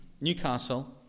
Newcastle